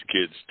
kids